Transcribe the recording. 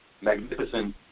Magnificent